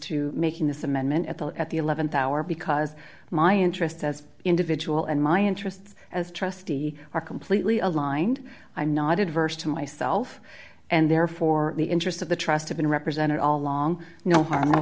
to making this amendment at all at the th hour because my interests as individual and my interests as trustee are completely aligned i'm not adverse to myself and therefore the interests of the trust have been represented all along no harm no